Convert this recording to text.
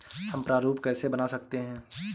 हम प्रारूप कैसे बना सकते हैं?